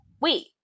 Wait